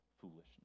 foolishness